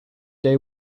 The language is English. they